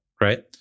right